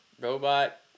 robot